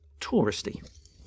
touristy